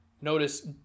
Notice